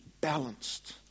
balanced